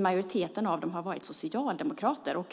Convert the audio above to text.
majoriteten varit socialdemokrater.